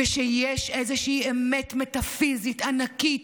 ושיש איזה אמת מטפיזית ענקית,